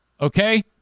Okay